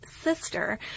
sister